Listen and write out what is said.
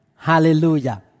Hallelujah